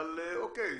אבל אוקיי,